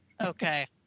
Okay